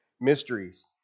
mysteries